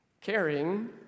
Caring